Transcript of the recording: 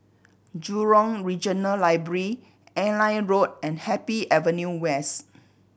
Jurong Regional Library Airline Road and Happy Avenue West